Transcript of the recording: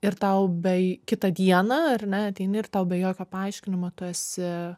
ir tau bei kitą dieną ar ne ateini ir tau be jokio paaiškinimo tu esi